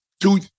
two